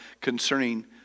concerning